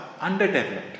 underdeveloped